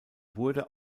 wurde